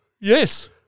Yes